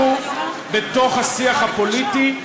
גם אחרי לבנון, הן היו בתוך השיח הפוליטי.